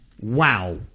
wow